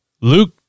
Luke